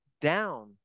down